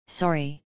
sorry